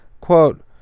Quote